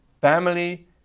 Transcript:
family